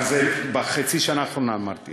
זה בחצי השנה האחרונה, אמרתי.